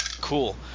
Cool